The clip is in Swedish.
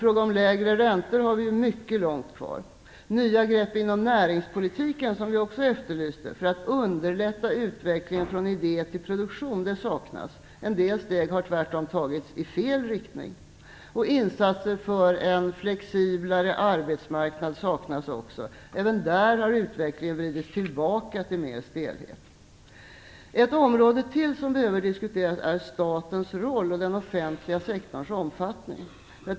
När det gäller lägre räntor har vi mycket långt kvar. Nya grepp inom näringspolitiken, som vi också efterlyste för att underlätta utvecklingen från idé till produktion, saknas. En del steg har i stället tagits i fel riktning. Insatser för en flexiblare arbetsmarknad saknas också. Även där har utvecklingen vridits tillbaka till mer stelhet. Ett område till som behöver diskuteras är statens roll och den offentliga sektorns omfattning.